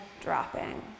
dropping